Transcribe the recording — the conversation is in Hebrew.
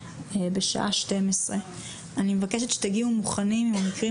בשעה 12:00. אני מבקשת שתגיעו מוכנים למקרים